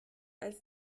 als